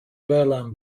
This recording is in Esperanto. belan